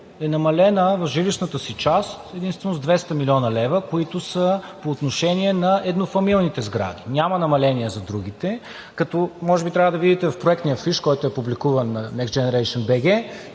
е намалена в жилищната си част единствено с 200 млн. лв., които са по отношение на еднофамилните сгради, няма намаление за другите, като може би трябва да видите в проектния фиш, който е публикуван на Next Generation BG,